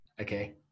Okay